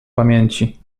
pamięci